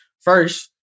first